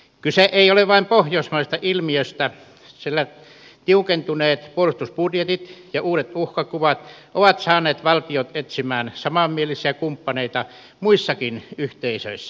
kyse ei ole vain pohjoismaisesta ilmiöstä sillä tiukentuneet puolustusbudjetit ja uudet uhkakuvat ovat saaneet valtiot etsimään samanmielisiä kumppaneita muissakin yhteisöissä